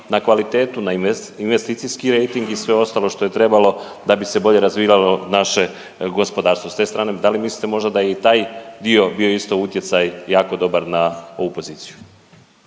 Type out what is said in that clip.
na kvalitetu, na investicijski rejting i sve ostalo što je trebalo da bi se bolje razvijalo naše gospodarstvo. S te strane da li mislite možda da je i taj dio bio isto utjecaj jako dobar na ovu poziciju?